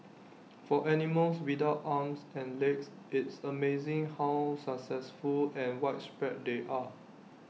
for animals without arms and legs it's amazing how successful and widespread they are